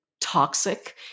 toxic